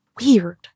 weird